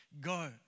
Go